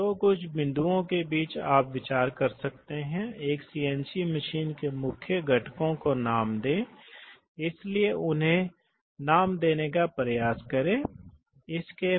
वास्तव में वे बिजली के लॉजिक का उपयोग करने वाले कई मामलों में हैं वास्तव में यह पायलट सक्रियण आमतौर पर है जैसा कि आपने कहा है कि आप जानते हैं कि हमने देखा है कि हमारा माइक्रोप्रोसेसर वास्तव में एक न्यूमेटिक्स प्रणाली को कैसे नियंत्रित कर सकता है